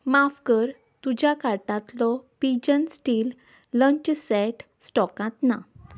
माफ कर तुज्या कार्टांतलो पिजन स्टील लंच सॅट स्टॉकांत ना